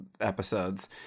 episodes